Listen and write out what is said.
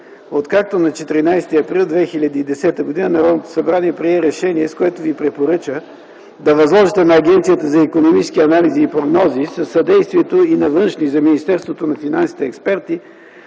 откакто на 14 април 2010 г. Народното събрание прие решение, с което ви препоръча да възложите на Агенцията за икономически анализи и прогнози, със съдействието и на външни за Министерството на финансите експерти,